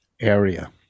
area